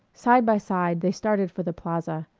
side by side they started for the plaza.